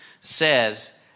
says